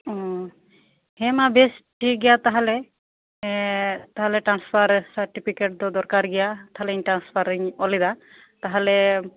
ᱦᱮᱸᱢᱟ ᱵᱮᱥ ᱴᱷᱤᱠ ᱜᱮᱭᱟ ᱛᱟᱦᱟᱞᱮ ᱛᱟᱦᱟᱞᱮ ᱴᱨᱟᱱᱯᱷᱟᱨ ᱥᱟᱨᱴᱤᱯᱤᱠᱮᱴᱫᱚ ᱫᱚᱨᱠᱟᱨ ᱜᱮᱭᱟ ᱛᱟᱦᱟᱞᱮ ᱴᱨᱟᱱᱯᱷᱟᱨ ᱤᱧ ᱚᱞ ᱮᱫᱟ ᱛᱟᱦᱚᱞᱮ